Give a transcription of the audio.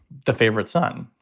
the favorite son